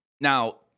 now